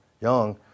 young